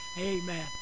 amen